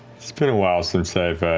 it's been a while since i've